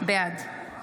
בעד